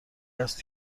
است